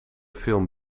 film